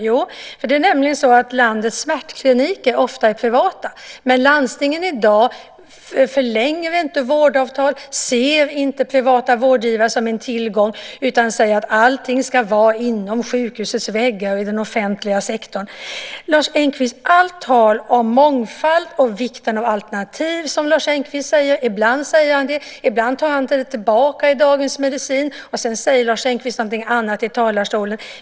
Jo, därför att landets smärtkliniker ofta är privata, men landstingen förlänger i dag inte vårdavtal och ser inte privata vårdgivare som en tillgång utan säger att allt ska vara inom sjukhusets väggar i den offentliga sektorn. Lars Engqvist talar om mångfald och vikten av alternativ. Ibland säger han så, och ibland tar han tillbaka det i Dagens Medicin. Sedan säger Lars Engqvist någonting annat i talarstolen.